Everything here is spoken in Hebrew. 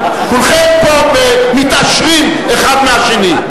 כולכם פה מתעשרים אחד מהשני.